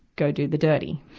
go do the dirty.